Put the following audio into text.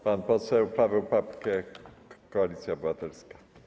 Pan poseł Paweł Papke, Koalicja Obywatelska.